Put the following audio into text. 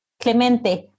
Clemente